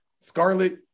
Scarlet